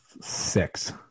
Six